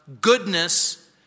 goodness